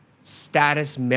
status